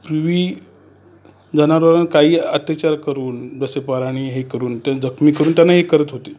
पूर्वी जनावरां काही अत्याचार करून जसे पराणी हे करून ते जखमी करून त्यांना हे करत होते